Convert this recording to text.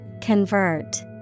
Convert